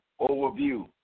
overview